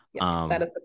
yes